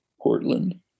Portland